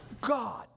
God